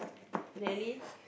really